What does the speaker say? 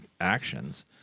actions